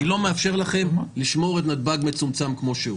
לא מאפשר לכם לשמור את נתב"ג מצומצם כמו שהוא.